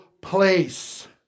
place